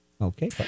Okay